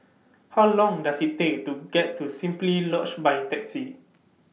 How Long Does IT Take to get to Simply Lodge By Taxi